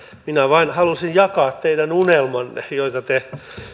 minä vain halusin jakaa teidän unelmanne joita te